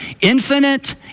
infinite